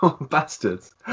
Bastards